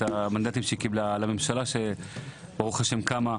המנדטים שהיא קיבלה ועל הממשלה שברוך השם קמה.